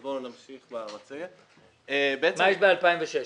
מה יש ב-2016?